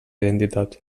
identitat